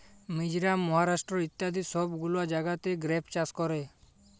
মিজরাম, মহারাষ্ট্র ইত্যাদি সব গুলা জাগাতে গ্রেপ চাষ ক্যরে